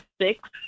six